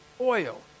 oil